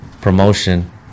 promotion